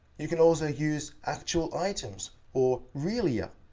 you can also use actual items, or realia,